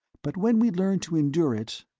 but when we learn to endure it,